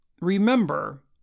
remember